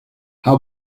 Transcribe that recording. how